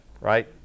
right